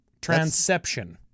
Transception